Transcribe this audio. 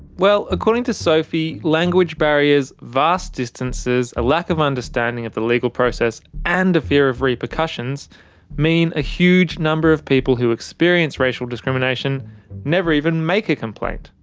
well, according to sophie, language barriers, vast distances, a lack of understanding of the legal process and a fear of repercussions mean a huge number of people who experience racial discrimination never even make a complaint.